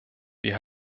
wir